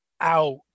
out